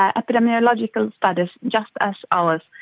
ah epidemiological studies just as ours.